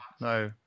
no